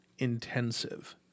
Intensive